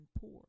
poor